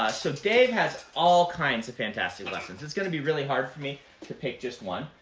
so dave has all kinds of fantastic lessons. it's going to be really hard for me to pick just one,